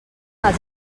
els